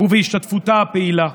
ובהשתתפותה הפעילה.